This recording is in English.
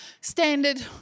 standard